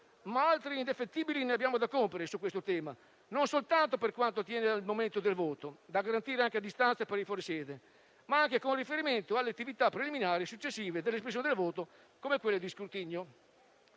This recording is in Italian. ma altri indefettibili ne abbiamo da compiere su questo tema, non soltanto per quanto attiene al momento del voto, da garantire anche a distanza per i fuori sede, ma anche con riferimento alle attività preliminari successive all'espressione del voto, come quelle di scrutinio.